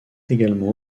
également